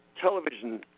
television